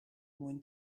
mwyn